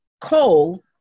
coal